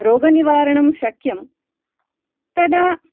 रोगनिवारणं शक्यं तदा